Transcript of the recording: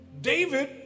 David